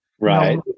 Right